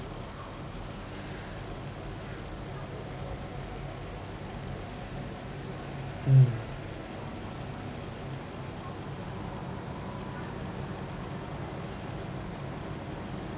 mm